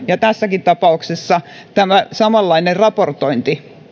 ja tässäkin tapauksessa tämä samanlainen raportointi